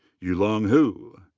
yulong hu.